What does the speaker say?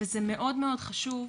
וזה מאוד מאוד חשוב,